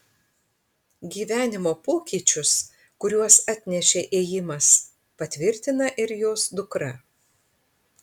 gyvenimo pokyčius kuriuos atnešė ėjimas patvirtina ir jos dukra